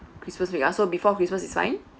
christmas week ah so before christmas is fine